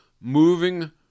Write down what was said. moving